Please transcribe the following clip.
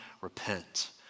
repent